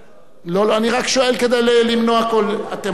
אני רק שואל כדי למנוע כל, אתם רוצים?